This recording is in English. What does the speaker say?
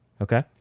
Okay